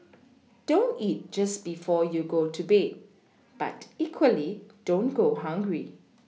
don't eat just before you go to bed but equally don't go hungry